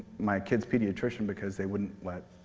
my kids' pediatrician because they wouldn't let